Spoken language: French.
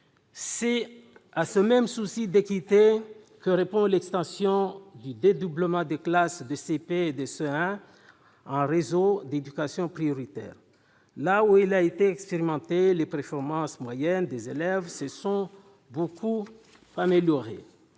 C'est à ce même souci d'équité que répond l'extension du dédoublement des classes de CP et de CE1 en réseau d'éducation prioritaire. Là où elle a été expérimentée, les performances moyennes des élèves se sont beaucoup améliorées.